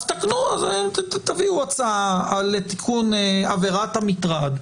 אז תביאו הצעה לתיקון עבירת המטרד,